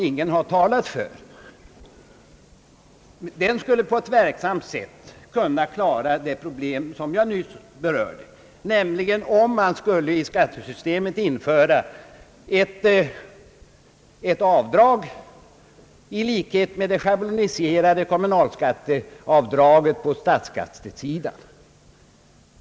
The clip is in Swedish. Ingen har talat för den, men den skulle på ett verksamt sätt kunna klara det problem jag nu berört, nämligen om man i skattesystemet inför ett avdrag liknande det schabloniserade avdraget på statsskattesidan.